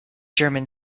german